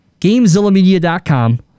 GameZillaMedia.com